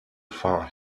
far